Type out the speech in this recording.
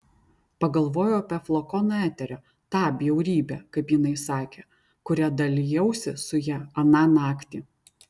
pagalvojau apie flakoną eterio tą bjaurybę kaip jinai sakė kuria dalijausi su ja aną naktį